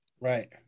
Right